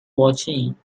watching